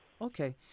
Okay